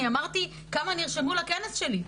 אני אמרתי כמה נרשמו לכנס שלי.